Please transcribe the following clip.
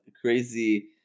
crazy